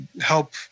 help